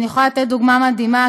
אני יכולה לתת דוגמה מדהימה,